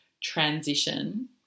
transition